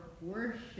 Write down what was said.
worship